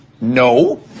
no